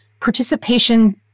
participation